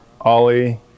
Ollie